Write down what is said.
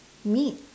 meat